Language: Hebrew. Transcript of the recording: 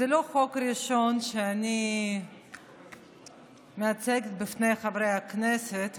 זה לא החוק הראשון שאני מציגה בפני חברי הכנסת,